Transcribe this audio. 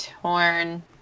torn